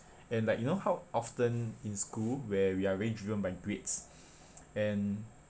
and like you know how often in school where we are really driven by grades and